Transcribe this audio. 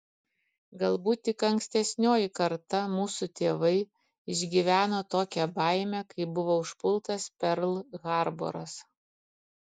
galbūt tik ankstesnioji karta mūsų tėvai išgyveno tokią baimę kai buvo užpultas perl harboras